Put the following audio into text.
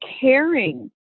caring